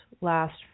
last